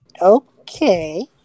Okay